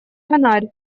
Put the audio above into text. фонарь